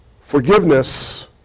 Forgiveness